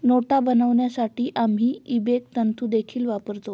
नोटा बनवण्यासाठी आम्ही इबेक तंतु देखील वापरतो